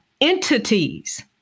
entities